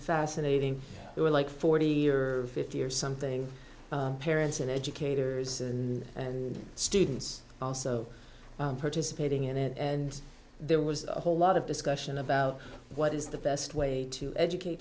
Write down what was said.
fascinating they were like forty fifty or something parents and educators and students also participating in it and there was a whole lot of discussion about what is the best way to educate